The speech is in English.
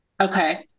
okay